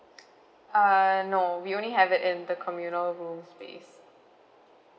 uh no we only have it in the communal room space